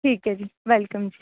ਠੀਕ ਹੈ ਜੀ ਵੈਲਕਮ ਜੀ